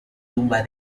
tumba